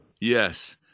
Yes